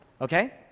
okay